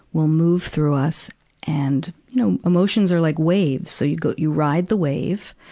will move through us and you know, emotions are like waves. so you go, you ride the wave,